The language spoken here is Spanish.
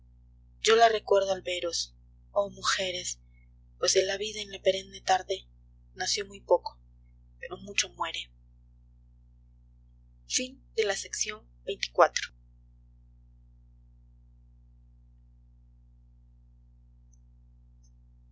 yo la recuerdo al veros oh mujeres pues de la vida en la perenne tarde nació muy poco pero mucho muere